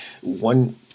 One